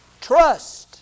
Trust